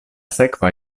sekva